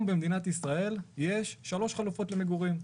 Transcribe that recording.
במדינת ישראל יש שלוש חלופות למגורים.